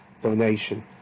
donation